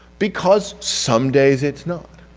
because some days it's not.